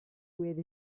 with